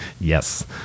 Yes